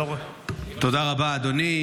תודה רבה, אדוני.